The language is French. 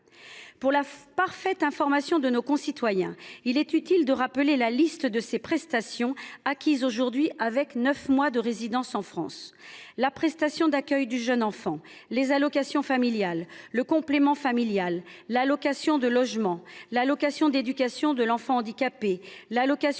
Pour la parfaite information de nos concitoyens, il est utile de rappeler la liste de ces prestations qui sont acquises aujourd’hui avec neuf mois de résidence en France : la prestation d’accueil du jeune enfant ; les allocations familiales ; le complément familial ; l’allocation de logement ; l’allocation d’éducation de l’enfant handicapé ; l’allocation